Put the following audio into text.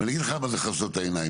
ואני אגיד לך למה זה לכסות את העיניים,